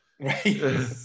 Right